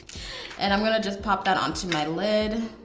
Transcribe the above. and i'm gonna just pop that onto my lid.